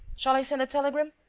shall i send a telegram?